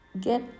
get